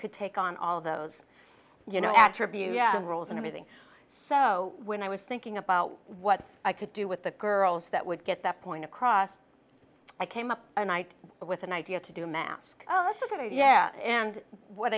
could take on all those you know attribute the roles and everything so when i was thinking about what i could do with the girls that would get that point across i came up with an idea to do a mask oh